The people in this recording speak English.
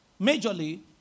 majorly